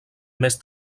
més